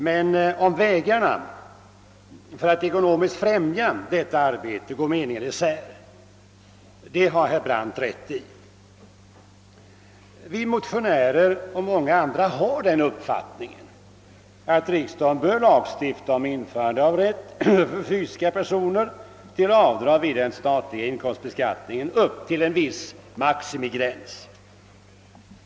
Men om vägarna för att ekonomiskt främja detta arbete går meningarna isär — det har herr Brandt rätt i. Vi motionärer och många andra har den uppfattningen att riksdagen bör lagstifta om införande av rätt för fysiska personer till avdrag vid den statliga inkomstbeskattningen upp till en viss maximigräns.